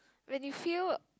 when you feel